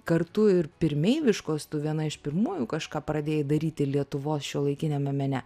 kartu ir pirmeiviškos tu viena iš pirmųjų kažką pradėjai daryti lietuvos šiuolaikiniame mene